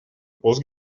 пост